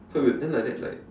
quite weird then like that like